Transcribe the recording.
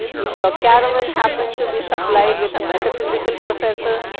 if your caravan happen to be supplied with a metaphysical professor.